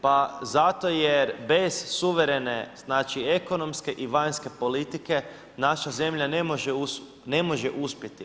Pa zato jer bez suverene, znači ekonomske i vanjske politike naša zemlja ne može uspjeti.